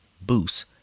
Boost